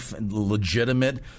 legitimate